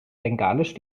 bengalisch